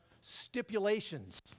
stipulations